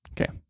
Okay